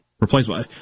replaceable